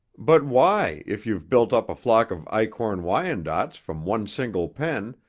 but why, if you've built up a flock of eichorn wyandottes from one single pen,